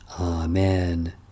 Amen